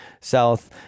south